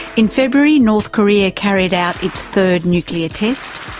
in february north korea carried out its third nuclear test,